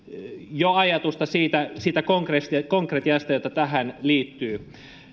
jo ajatusta siitä konkretiasta joka tähän liittyy